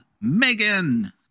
Megan